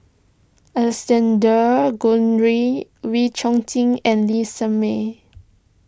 Alexander Guthrie Wee Chong Jin and Lee Shermay